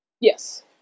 Yes